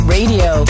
Radio